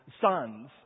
sons